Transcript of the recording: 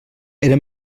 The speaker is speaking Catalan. era